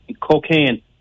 cocaine